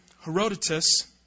Herodotus